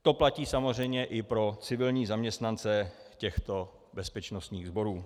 To platí samozřejmě i pro civilní zaměstnance těchto bezpečnostních sborů.